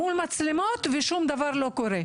מול מצלמות ושום דבר לא קורה.